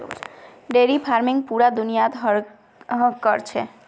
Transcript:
dairy farming पूरा दुनियात क र छेक